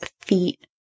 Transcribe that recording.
feet